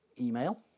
email